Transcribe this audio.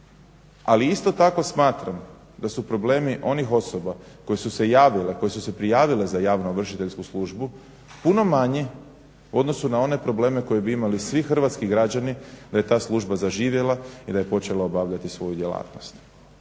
ali isto tako smatram da su problemi onih osoba koje su se javile, koje su se prijavile za javnoovršiteljsku službu puno manje u odnosu na one probleme koje bi imali svi hrvatski građani da je ta služba zaživjela i da je počela obavljati svoju djelatnost.